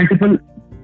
multiple